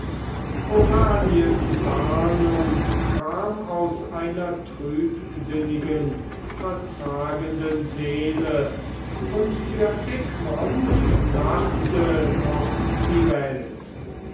oraniens warnung kam aus einer trübsinnigen verzagenden seele und für egmont lachte noch die welt